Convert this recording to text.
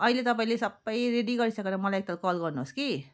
अहिले तपाईँले सबै रेडी गरिसकेर मलाई एक ताल कल गर्नुहोस् कि